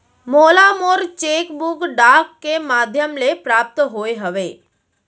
मोला मोर cheque book डाक के मध्याम ले प्राप्त होय हवे